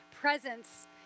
presence